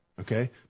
okay